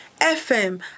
FM